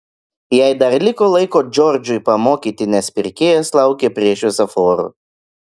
jai dar liko laiko džordžui pamokyti nes pirkėjas laukė prie šviesoforo